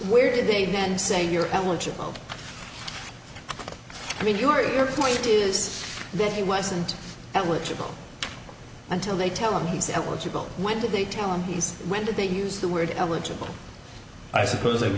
where did they then see you're eligible i mean your your point is that he wasn't eligible until they tell him he's eligible why did they tell him he's when did they use the word eligible i suppose i've